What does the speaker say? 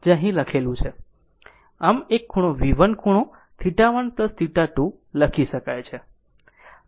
આ એક V1 ખૂણો θ1 θ2 લખી શકાય છે